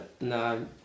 No